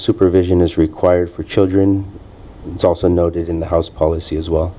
supervision is required for children is also noted in the house policy as well